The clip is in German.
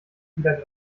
wieder